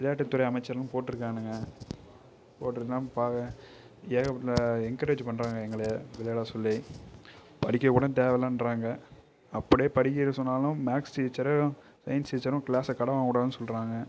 விளையாட்டுத்துறை அமைச்சரும் போட்டிருக்கானுங்க ஏகப்பட்ட என்கரேஜ் பண்ணுறாங்க எங்களைய விளையாட சொல்லி படிக்கக்கூட தேவை இல்லைன்றாங்க அப்படியே படிக்கிற சொன்னாலும் மேக்ஸ் டீச்சர் சயின்ஸ் டீச்சரும் கிளாஸை கடன் வாங்கக்கூடாதுனு சொல்லுறாங்க